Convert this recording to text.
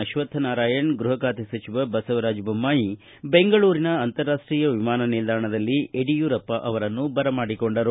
ಅಶ್ವತ್ತನಾರಾಯಣ ಗೃಹಖಾತೆ ಸಚಿವ ಬಸವರಾಜ ಬೊಮ್ನಾಯಿ ಬೆಂಗಳೂರಿನ ಅಂತಾರಾಷ್ಟೀಯ ವಿಮಾನ ನಿಲ್ದಾಣದಲ್ಲಿ ಯಡಿಯೂರಪ್ಪ ಅವರನ್ನು ಬರಮಾಡಿಕೊಂಡರು